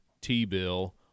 T-bill